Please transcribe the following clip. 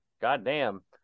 Goddamn